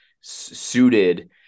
suited